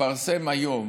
התפרסם היום